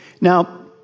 Now